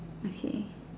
okay